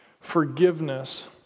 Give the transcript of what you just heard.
forgiveness